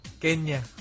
Kenya